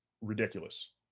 ridiculous